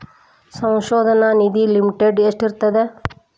ಸಂಶೋಧನಾ ನಿಧಿ ಲಿಮಿಟ್ ಎಷ್ಟಿರ್ಥದ